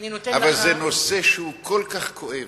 אבל זה נושא כל כך כואב,